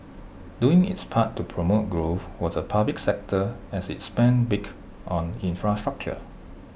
doing its part to promote growth was A public sector as IT spent big on infrastructure